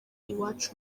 iwacu